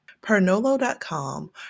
Pernolo.com